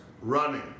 running